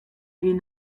egin